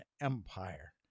Empire